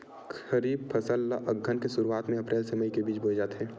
खरीफ फसल ला अघ्घन के शुरुआत में, अप्रेल से मई के बिच में बोए जाथे